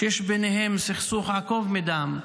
שיש ביניהם סכסוך עקוב מדם,